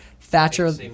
Thatcher